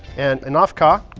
and inaafka,